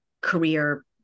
career